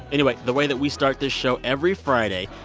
anyway, the way that we start this show every friday,